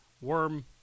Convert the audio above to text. worm